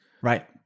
Right